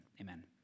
Amen